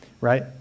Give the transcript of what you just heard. right